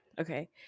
Okay